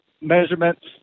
measurements